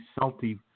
salty